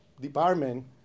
department